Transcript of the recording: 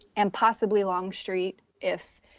and possibly long street, if